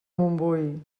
montbui